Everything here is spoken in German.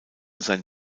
sein